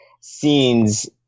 scenes